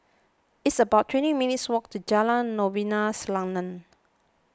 it's about twenty minutes' walk to Jalan Novena Selatan